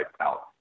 out